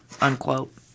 unquote